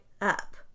up